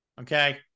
okay